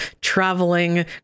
traveling